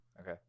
Okay